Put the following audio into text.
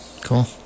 cool